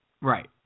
Right